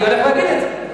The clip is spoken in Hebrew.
אני הולך להגיד את זה.